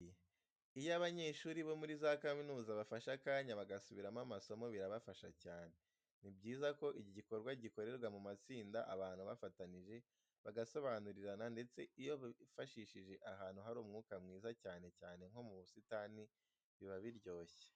Iyo abanyeshuri bo muri za kaminuza bafashe akanya bagasubiramo amasomo birabafasha cyane. Ni byiza ko iki gikorwa gikorerwa mu matsinda abantu bafatanije bagasobanurirana ndetse iyo bifashishije ahantu hari umwuka mwiza, cyane cyane nko mu busitani biba biryoshye.